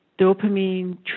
dopamine